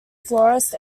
florist